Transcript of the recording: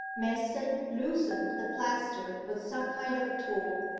manston loosened the plaster with some kind of tool,